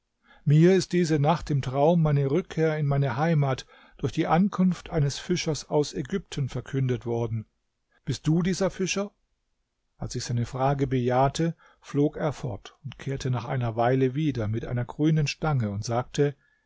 mir ist diese nacht im traum meine rückkehr in meine heimat durch die ankunft eines fischers aus ägypten verkündet worden bist du dieser fischer als ich seine frage bejahte flog er fort und kehrte nach einer weile wieder mit einer grünen stange und sagte